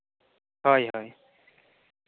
ᱦᱳᱭ ᱦᱳᱭ